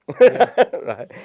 right